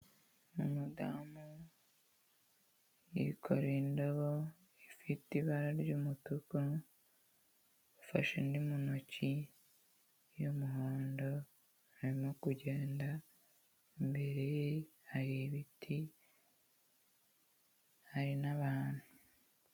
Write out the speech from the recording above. Ni umudamu, yikoreye indobo ifite ibara ry'umutuku, ufashe undi mu ntoki y'umuhondo, arimo kugenda, imbere hari ibiti, hari n'abantu.